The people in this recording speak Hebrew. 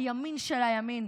הימין של הימין.